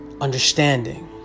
Understanding